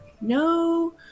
no